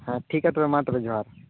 ᱦᱮᱸ ᱴᱷᱤᱠ ᱜᱮᱭᱟ ᱢᱟ ᱛᱚᱵᱮ ᱡᱚᱦᱟᱨ